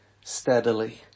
steadily